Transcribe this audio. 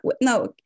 No